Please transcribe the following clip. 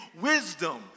wisdom